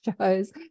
shows